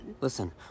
Listen